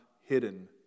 hidden